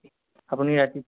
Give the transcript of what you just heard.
আপুনি ৰাতি